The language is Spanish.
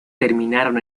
terminaron